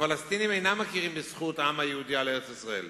הפלסטינים אינם מכירים בזכות העם היהודי על ארץ-ישראל,